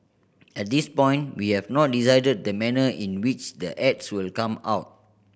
at this point we have not decided the manner in which the ads will come out